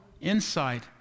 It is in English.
insight